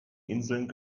inseln